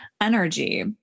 energy